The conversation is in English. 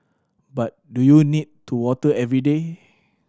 but do you need to water every day